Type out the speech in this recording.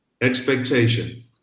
expectation